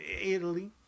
Italy